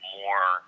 more